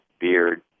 beard